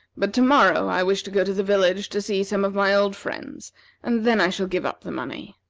but to-morrow i wish to go to the village to see some of my old friends and then i shall give up the money.